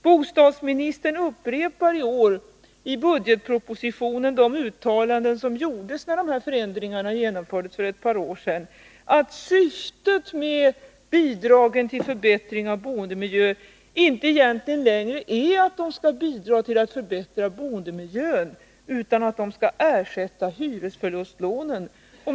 Bostadsministern upprepar i år i budgetpropositionen de uttalanden som gjordes när de här förändringarna genomfördes för ett par år sedan, att syftet med bidragen till förbättring av boendemiljön egentligen inte längre är att de skall bidra till att förbättra boendemiljön, utan att de skall ersätta hyresförlustlånen.